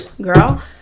Girl